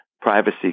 privacy